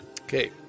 okay